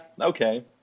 okay